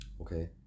Okay